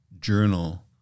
journal